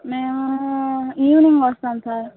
మేము ఈవినింగ్ వస్తాం సార్